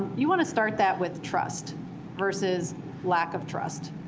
you want to start that with trust versus lack of trust,